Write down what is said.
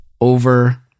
over